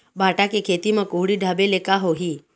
भांटा के खेती म कुहड़ी ढाबे ले का होही?